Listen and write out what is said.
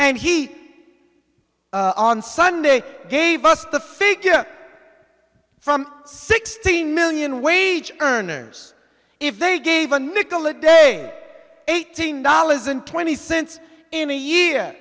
and he on sunday gave us the figure from sixteen million wage earners if they gave a nickel a day eighteen dollars and twenty cents in a year